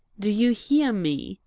do you hear me?